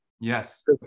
Yes